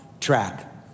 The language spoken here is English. Track